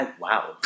Wow